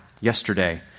yesterday